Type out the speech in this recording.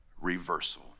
reversal